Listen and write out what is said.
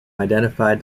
identified